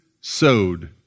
sowed